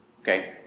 Okay